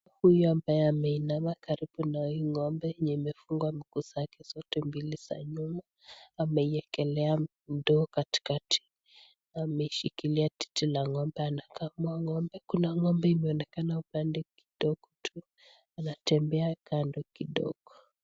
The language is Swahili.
Huyu naye ameinama karibu na m ngo'mbe mwenye amefungwa mikuu zake zote mbili za nyuma amewekelea ndoo katikati anashikilia titi la ngo'mbe anakamua ngo'mbe kuna ngo'mbe anaonekana upande kidogo tu akitembea kando kidogo.